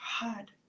God